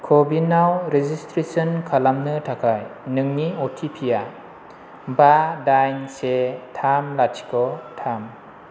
क' विनाव रेजिस्ट्रेसन खालामनो थाखाय नोंनि अ टि पि आ बा दाइन से थाम लाथिख' थाम